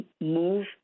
move